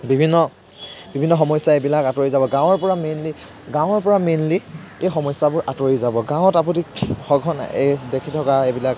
বিভিন্ন বিভিন্ন সমস্যাবিলাক আঁতৰি যাব গাঁৱৰপৰা মেইনলি গাঁৱৰপৰা মেইনলি এই সমস্যাবোৰ আঁতৰি যাব গাঁৱত আপুনি সঘনে এই দেখি থকা এইবিলাক